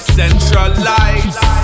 centralize